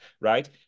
right